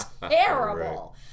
terrible